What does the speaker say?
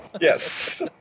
Yes